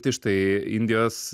tai štai indijos